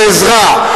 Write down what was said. לעזרה,